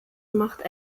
macht